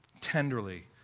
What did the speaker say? tenderly